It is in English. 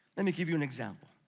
let me give you an example.